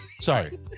Sorry